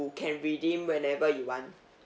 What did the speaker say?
can redeem whenever you want